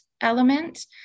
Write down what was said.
element